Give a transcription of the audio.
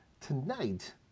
tonight